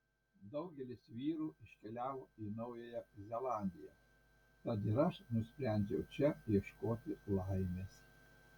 daugelis vyrų iškeliavo į naująją zelandiją tad ir aš nusprendžiau čia ieškoti laimės